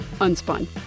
Unspun